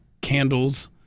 candles